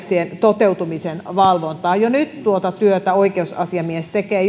oikeuksien toteutumisen valvontaa jo nyt tuota työtä oikeusasiamies tekee